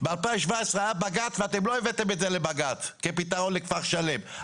ב-2017 היה בג"ץ ואתם לא הבאתם את זה לבג"ץ כפתרון לכפר שלם.